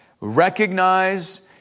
recognize